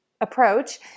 approach